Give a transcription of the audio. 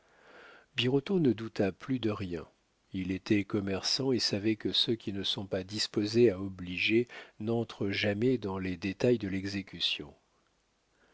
birotteau ne douta plus de rien il était commerçant et savait que ceux qui ne sont pas disposés à obliger n'entrent jamais dans les détails de l'exécution